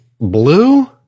Blue